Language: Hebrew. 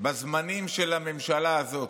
בזמנים של הממשלה הזאת.